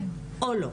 או לא?